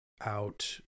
out